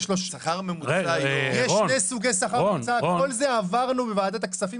שכר המינימום צריך לעלות ל-5,700